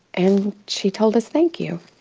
and she told us, thank you.